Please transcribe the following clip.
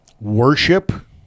worship